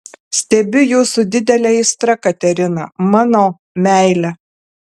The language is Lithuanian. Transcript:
stebiu jus su didele aistra katerina mano meile